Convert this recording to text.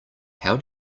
how